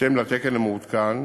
בהתאם לתקן המעודכן,